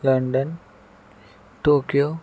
London Tokyo